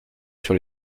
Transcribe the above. sur